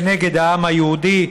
נגד העם היהודי,